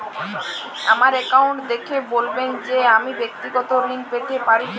আমার অ্যাকাউন্ট দেখে বলবেন যে আমি ব্যাক্তিগত ঋণ পেতে পারি কি না?